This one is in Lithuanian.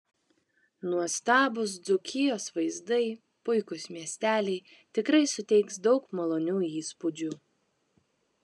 nuostabūs dzūkijos vaizdai puikūs miesteliai tikrai suteiks daug malonių įspūdžių